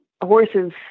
horses